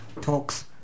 talks